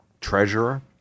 treasurer